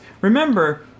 remember